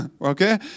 okay